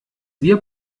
wir